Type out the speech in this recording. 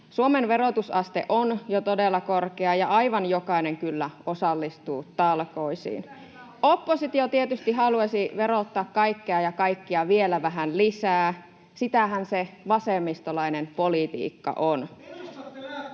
Suomen verotusaste on jo todella korkea, ja aivan jokainen kyllä osallistuu talkoisiin. Oppositio tietysti haluaisi verottaa kaikkea ja kaikkia vielä vähän lisää — sitähän se vasemmistolainen politiikka on.